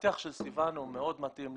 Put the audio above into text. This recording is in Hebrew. הפתיח של סיון הוא מאוד מתאים לי.